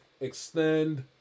extend